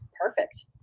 Perfect